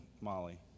Molly